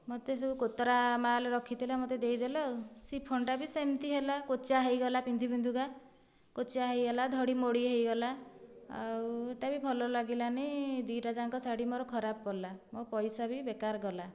ମୋତେ ସବୁ କୁତୁରା ମାଲ୍ ରଖିଥିଲେ ମୋତେ ଦେଇଦେଲେ ଆଉ ଶିଫନ୍ ଟା ବି ସେମିତି ହେଲା କୋଚା ହେଇଗଲା ପିନ୍ଧି ପିନ୍ଧିକା କୋଚା ହୋଇଗଲା ଧଡ଼ି ମୋଡ଼ି ହୋଇଗଲା ଆଉ ତାକୁ ଭଲ ଲାଗିଲାନି ଦୁଇଟା ଯାକ ଶାଢ଼ୀ ମୋର ଖରାପ ପଡ଼ିଲା ମୋ ପଇସା ବି ବେକାର ଗଲା